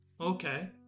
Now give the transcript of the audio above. Okay